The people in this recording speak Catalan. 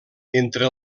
entre